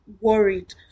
worried